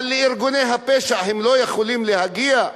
אבל לארגוני הפשע הם לא יכולים להגיע?